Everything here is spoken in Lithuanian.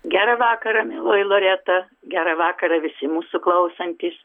gerą vakarą mieloji loreta gerą vakarą visi mūsų klausantys